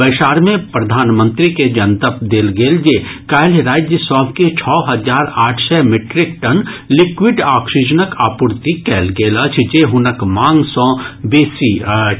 बैसार मे प्रधानमंत्री के जनतब देल गेल जे काल्हि राज्य सभ के छओ हजार आठ सय मीट्रिक टन लिक्विड ऑक्सीजनक आपूर्ति कयल गेल अछि जे हुनक मांग सँ बेसी अछि